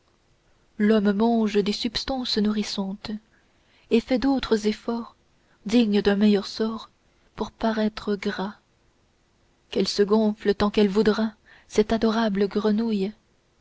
l'homme mange des substances nourrissantes et fait d'autres efforts dignes d'un meilleur sort pour paraître gras qu'elle se gonfle tant qu'elle voudra cette adorable grenouille